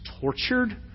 tortured